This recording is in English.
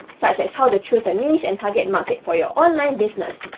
such as how to choose a niche and target market for your online business.